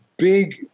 big